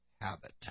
habit